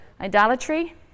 Idolatry